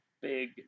big